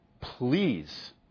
please